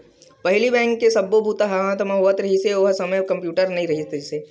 पहिली बेंक के सब्बो बूता ह हाथ म होवत रिहिस, ओ समे म कम्प्यूटर नइ रिहिस हे